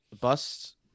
busts